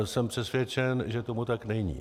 Jsem přesvědčen, že tomu tak není.